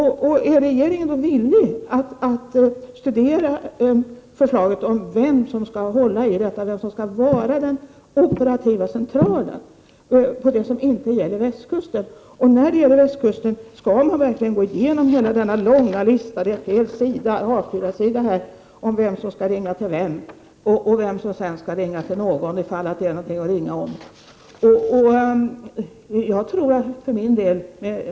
Är regeringen villig att ta ställning till var den operativa centralen för sådant som inte gäller västkusten skall ligga? Om det händer något på västkusten, skall det vara nödvändigt med en lång lista, en hel A4-sida, med uppgifter om vem som skall ringa vem?